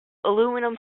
aluminium